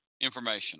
information